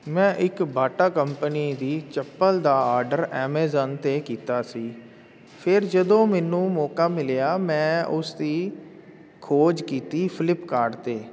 ਮੈਂ ਇੱਕ Bata company ਦੀ ਚੱਪਲ ਦਾ ਆਡਰ ਐਮੇਜ਼ਨ 'ਤੇ ਕੀਤਾ ਸੀ ਫਿਰ ਜਦੋਂ ਮੈਨੂੰ ਮੌਕਾ ਮਿਲਿਆ ਮੈਂ ਉਸ ਦੀ ਖੋਜ ਕੀਤੀ ਫਲਿੱਪਕਾਰਟ 'ਤੇ